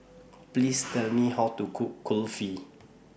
Please Tell Me How to Cook Kulfi